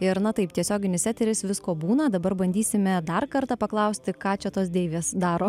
ir na taip tiesioginis eteris visko būna dabar bandysime dar kartą paklausti ką čia tos deivės daro